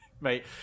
Mate